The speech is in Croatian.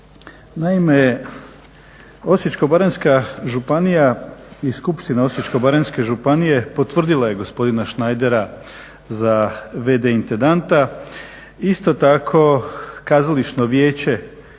Naime, Osječko-baranjska županija i Skupština Osječko-baranjske županije potvrdila je gospodina Schneideira za v.d. intendanta. Isto tako, Kazališno vijeće